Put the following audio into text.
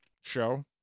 show